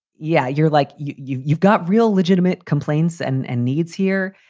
yeah, you're like you've you've got real legitimate complaints and and needs here.